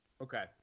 Okay